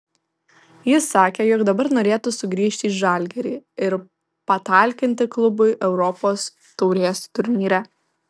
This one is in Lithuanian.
jis sakė jog dabar norėtų sugrįžti į žalgirį ir patalkinti klubui europos taurės turnyre